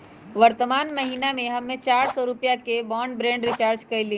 वर्तमान महीना में हम्मे चार सौ रुपया के ब्राडबैंड रीचार्ज कईली